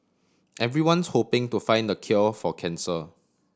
everyone's hoping to find the cure for cancer